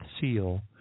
seal